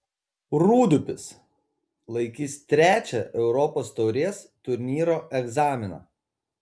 rūdupis laikys trečią europos taurės turnyro egzaminą